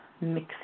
mix